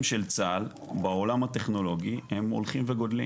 של צה”ל בעולם הטכנולוגי הם הולכים וגדלים